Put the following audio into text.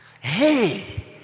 Hey